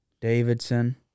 davidson